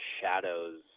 shadows